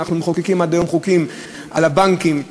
אנחנו מחוקקים עד היום חוקים על הבנקים.